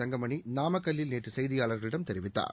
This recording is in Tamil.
தங்கமணி நாமக்கல்லில் நேற்று செய்தியாளர்களிடம் தெரிவித்தார்